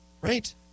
Right